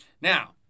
Now